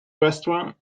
restaurant